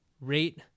rate